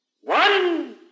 One